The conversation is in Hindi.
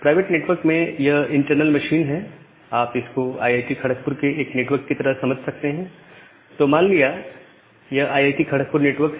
प्राइवेट नेटवर्क में यह एक इंटरनल मशीन है आप इसको आईआईटी खड़कपुर के एक नेटवर्क की तरह समझ सकते हैं तो मान लिया यह आईआईटी खड़कपुर नेटवर्क है